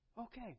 okay